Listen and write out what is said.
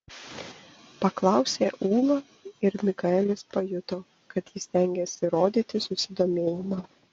paklausė ūla ir mikaelis pajuto kad ji stengiasi rodyti susidomėjimą